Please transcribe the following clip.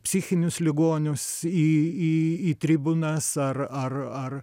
psichinius ligonius į į į tribūnas ar ar ar